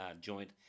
joint